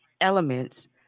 elements